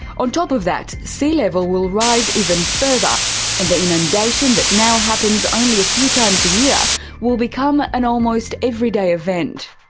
on top of that, sea level will rise even further and the inundation that now happens only a few times a year will become an almost everyday event.